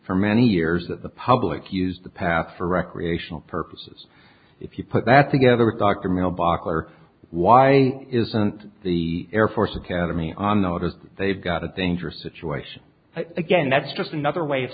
for many years that the public use the path for recreational purposes if you put that together with dr mailbox or why isn't the air force academy on the water they've got a dangerous situation again that's just another way of